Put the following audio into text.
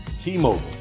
T-Mobile